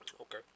Okay